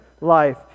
life